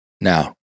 Now